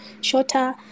shorter